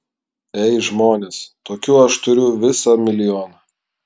ei žmonės tokių aš turiu visą milijoną